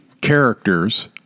characters